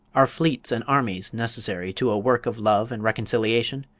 are fleets and armies necessary to a work of love and reconciliation?